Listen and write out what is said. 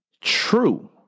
true